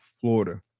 Florida